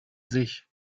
sich